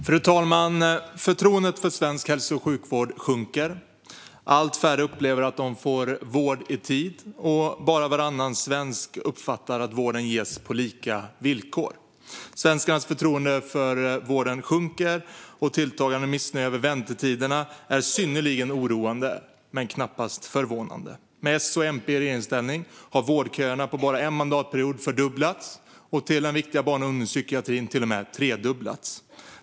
Fru talman! Förtroendet för svensk hälso och sjukvård sjunker. Allt färre upplever att de får vård i tid. Bara varannan svensk uppfattar att vården ges på lika villkor. Svenskarnas förtroende för vården sjunker. Tilltagande missnöje över väntetiderna är synnerligen oroande men knappast förvånande. Med S och MP i regeringsställning har vårdköerna på bara en mandatperiod fördubblats och till den viktiga barn och ungdomspsykiatrin till och med tredubblats.